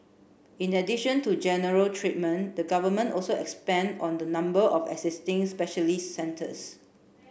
in addition to general treatment the Government also expand on the number of existing specialist centres